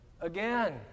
Again